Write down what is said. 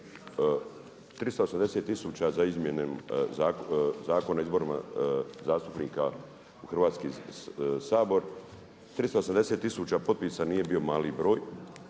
380 tisuća za izmjene Zakona o izborima zastupnika u Hrvatski sabor. 380 tisuća potpisa nije bio mali broj